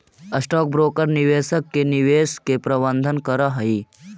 stock broker निवेशक के निवेश के प्रबंधन करऽ हई